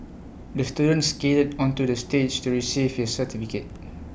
the student skated onto the stage to receive his certificate